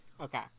Okay